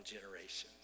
generations